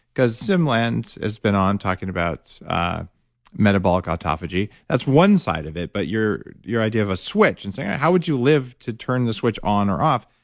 because siim land has been on talking about metabolic autophagy, that's one side of it but your your idea of a switch and saying, how would you live to turn the switch on or off?